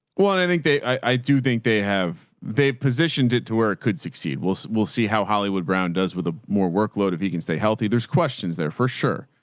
i think they, i, i do think they have, they've positioned it to where it could succeed. we'll see, we'll see how hollywood brown does with ah more workload. if he can stay healthy there's questions there for sure.